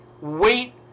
wait